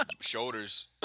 Shoulders